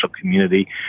community